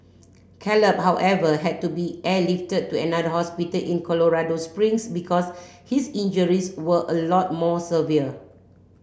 Caleb however had to be airlifted to another hospital in Colorado Springs because his injuries were a lot more severe